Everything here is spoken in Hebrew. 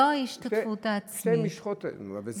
זו ההשתתפות העצמית.